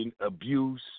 abuse